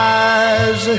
eyes